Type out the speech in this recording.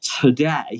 today